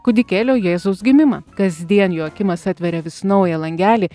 kūdikėlio jėzaus gimimą kasdien joakimas atveria vis naują langelį